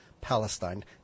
Palestine